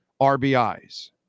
RBIs